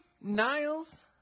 Niles